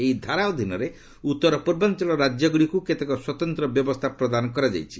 ଏହି ଧାରା ଅଧୀନରେ ଉତ୍ତରପୂର୍ବାଞ୍ଚଳ ରାଜ୍ୟଗୁଡ଼ିକୁ କେତେକ ସ୍ୱତନ୍ତ୍ର ବ୍ୟବସ୍ଥା ପ୍ରଦାନ କରାଯାଇଛି